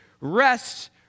rest